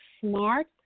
smart